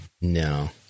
No